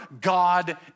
God